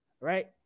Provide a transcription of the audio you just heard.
Right